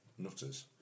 nutters